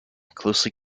closely